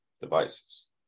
devices